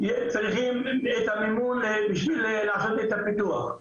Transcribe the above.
צריכים את המימון בשביל לעשות את הפיתוח.